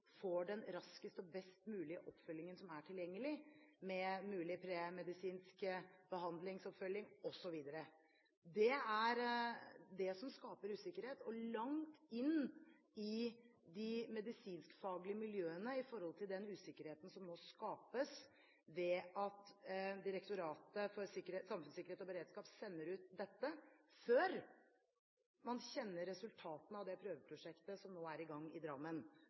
får den raskeste og best mulige oppfølgingen som er tilgjengelig, med mulig premedisinsk behandlingsoppfølging, osv. Det som skaper usikkerhet, langt inn i de medisinskfaglige miljøene, er at Direktoratet for samfunnssikkerhet og beredskap sender ut dette før man kjenner resultatene av det prøveprosjektet som nå er i gang i Drammen.